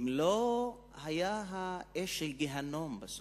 אם לא היתה אש הגיהינום בסוף.